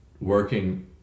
working